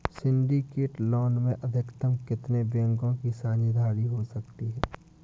Syndicate loan में अधिकतम कितने बैंकों की साझेदारी हो सकती है?